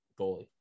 goalie